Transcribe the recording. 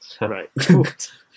right